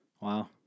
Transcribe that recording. wow